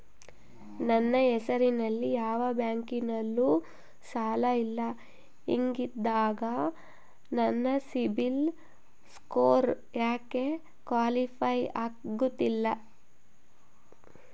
ನನ್ನ ಹೆಸರಲ್ಲಿ ಯಾವ ಬ್ಯಾಂಕಿನಲ್ಲೂ ಸಾಲ ಇಲ್ಲ ಹಿಂಗಿದ್ದಾಗ ನನ್ನ ಸಿಬಿಲ್ ಸ್ಕೋರ್ ಯಾಕೆ ಕ್ವಾಲಿಫೈ ಆಗುತ್ತಿಲ್ಲ?